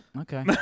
Okay